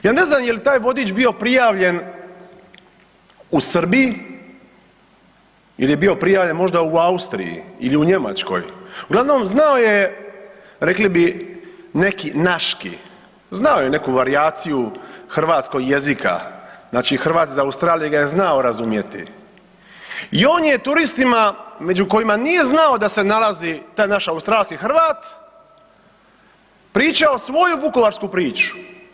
Ja ne znam je li taj vodič bio prijavljen u Srbiji ili je bio prijavljen možda u Austriji ili u Njemačkoj, uglavnom znao je, rekli bi neki, „naški“, znao je neku varijaciju hrvatskog jezika, znači Hrvat iz Australije ga je znao razumjeti i on je turistima među kojima nije znao da se nalazi ta naš australski Hrvat, pričao svoju vukovarsku priču.